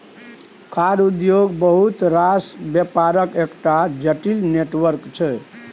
खाद्य उद्योग बहुत रास बेपारक एकटा जटिल नेटवर्क छै